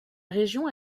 région